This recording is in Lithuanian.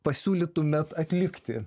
pasiūlytumėt atlikti